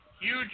huge